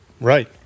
right